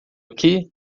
aqui